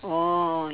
orh